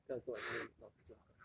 不要做英文老师就好 liao